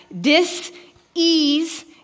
dis-ease